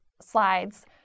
slides